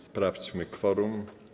Sprawdźmy kworum.